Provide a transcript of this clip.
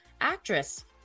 actress